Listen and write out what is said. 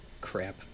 crap